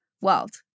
world